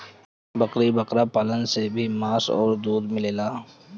बकरी बकरा पालन से भी मांस अउरी दूध मिलेला